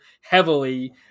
heavily